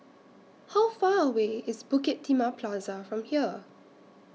How Far away IS Bukit Timah Plaza from here